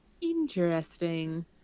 Interesting